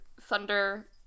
Thunder